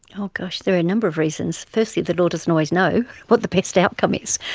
oh gosh, there are a number of reasons. firstly, the law doesn't always know what the best outcome is.